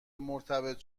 مرتبط